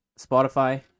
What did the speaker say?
Spotify